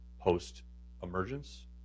post-emergence